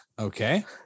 Okay